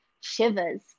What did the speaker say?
shivers